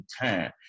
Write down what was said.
time